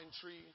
tree